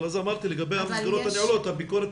אבל לגבי המסגרות הנעולות הביקורת